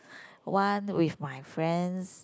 one with my friends